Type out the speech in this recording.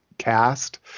cast